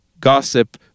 gossip